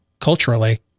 culturally